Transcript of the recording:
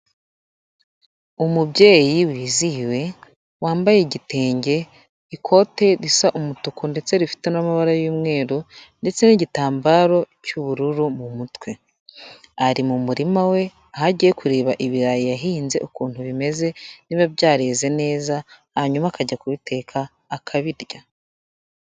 Umubyeyi wizihiwe wambaye igitenge, ikote risa umutuku ndetse rifite n'amabara y'umweru ndetse n'igitambaro cy'ubururu mu mutwe, ari mu murima we aho agiye kureba ibirayi yahinze ukuntu bimeze niba byareze neza hanyuma akajya kubiteka akabirya.